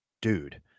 dude